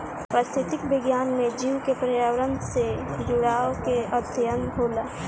पारिस्थितिक विज्ञान में जीव के पर्यावरण से जुड़ाव के अध्ययन होला